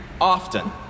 often